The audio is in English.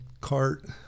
cart